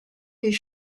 his